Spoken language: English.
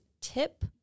tip